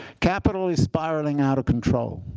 capital is spiraling out of control.